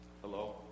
Hello